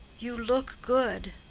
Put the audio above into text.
you look good.